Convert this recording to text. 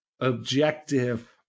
objective